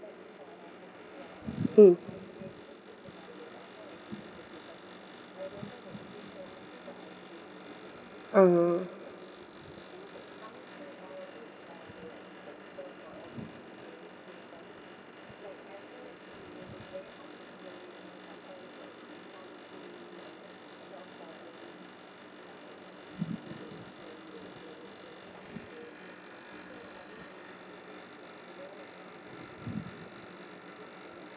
mm (uh huh)